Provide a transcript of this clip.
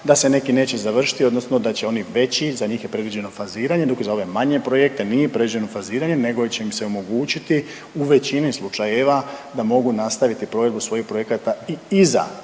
da se neki neće završiti odnosno da će oni veći, za njih je predviđeno faziranje, dok za ove manje projekte nije predviđeno faziranje nego će im se omogućiti u većini slučajeva da mogu nastaviti provedbu svojih projekata i iza